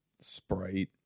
Sprite